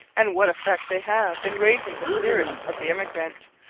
and what effect they have in raising the spirits of the emigrant,